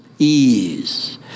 ease